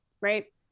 right